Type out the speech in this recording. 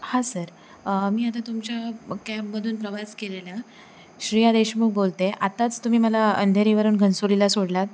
हा सर मी आता तुमच्या पं कॅबमधून प्रवास केलेला श्रेया देशमुख बोलत आहे आताच तुम्ही मला अंधेरीवरून घनसोलीला सोडलंत